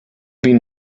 been